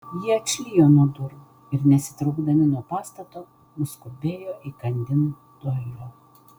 jie atšlijo nuo durų ir nesitraukdami nuo pastato nuskubėjo įkandin doilio